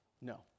No